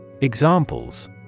Examples